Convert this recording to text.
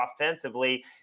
offensively